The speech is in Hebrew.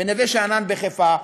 בנווה שאנן בחיפה,